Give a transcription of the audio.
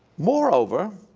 moreover,